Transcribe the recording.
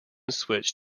switched